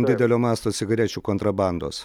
didelio masto cigarečių kontrabandos